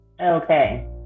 Okay